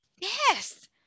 Yes